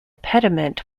pediment